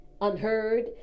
unheard